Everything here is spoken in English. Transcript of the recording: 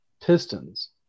pistons